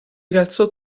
rialzò